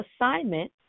assignment